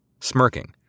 smirking